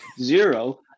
Zero